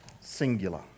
singular